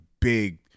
big